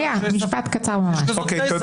השימוע חייב לכלול את הנימוקים והסיבות שהשלטון